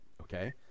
okay